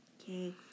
Okay